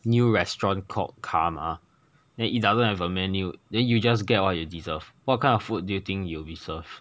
new restaurant called karma then it doesn't have a menu then you just get what you deserve what kind of food do you think you will be served